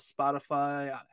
Spotify